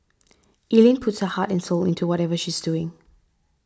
Ellen puts her heart and soul into whatever she's doing